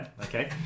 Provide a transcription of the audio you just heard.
okay